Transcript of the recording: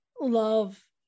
love